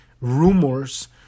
rumors